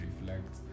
reflect